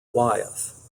wyeth